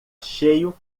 cheio